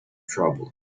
trouble